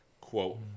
quote